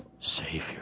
Savior